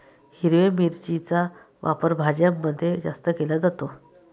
हिरव्या मिरचीचा वापर भाज्यांमध्ये जास्त केला जातो